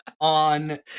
on